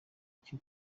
iki